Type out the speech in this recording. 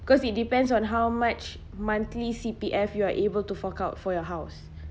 cause it depends on how much monthly C_P_F you are able to fork out for your house